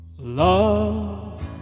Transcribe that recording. Love